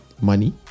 money